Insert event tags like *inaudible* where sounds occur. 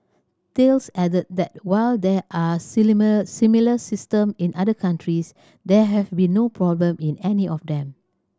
Thales added that while there are *unintelligible* similar system in other countries there have been no problem in any of them